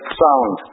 sound